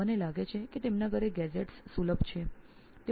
હું માનું છું કે તેમના ઘરોમાં આ ઉપકરણો સુલભ છે